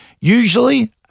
Usually